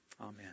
Amen